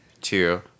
two